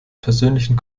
persönlichen